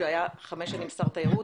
שהיה חמש שנים שר תיירות,